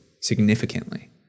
significantly